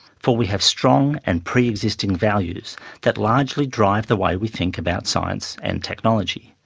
for we have strong and pre-existing values that largely drive the way we think about science and technology,